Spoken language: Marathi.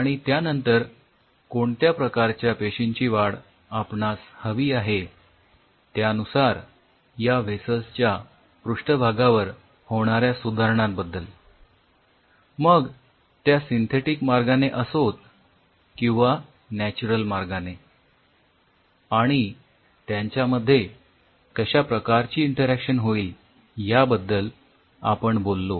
आणि त्यानंतर कोणत्या प्रकारच्या पेशींची वाढ आपणास हवी आहे त्यानुसार या व्हेसल्स च्या पृष्ठभागावर होणाऱ्या सुधारणांबद्दल मग त्या सिंथेटिक मार्गाने असोत किंवा नॅच्युरल मार्गाने आणि त्यांच्यामध्ये कशा प्रकारची इंटरॅक्शन होईल याबद्दल आपण बोललो